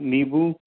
नींबू